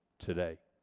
today.